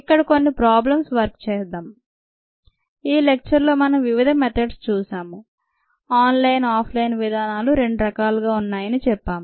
ఇక్కడ కొన్ని problems work చేద్దాం ఈ లెక్చర్ లో మనంవివిధ మెథడ్స్ చూశాము ఆన్ లైన్ ఆఫ్ లైన్ విధానాలు రెండు రకాలుగా ఉన్నాయని చెప్పాం